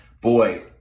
Boy